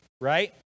Right